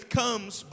comes